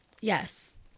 Yes